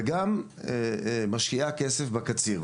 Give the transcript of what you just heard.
וגם משקיעה כסף בקציר,